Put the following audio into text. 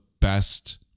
best